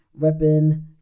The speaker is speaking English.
repping